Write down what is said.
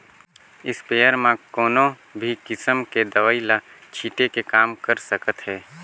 sprayer म कोनो भी किसम के दवई ल छिटे के काम कर सकत हे